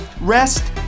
rest